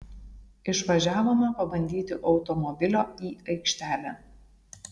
išvažiavome pabandyti automobilio į aikštelę